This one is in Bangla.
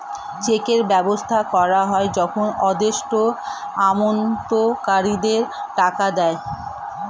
চেকের ব্যবহার করা হয় যখন আদেষ্টা আমানতকারীদের টাকা দেয়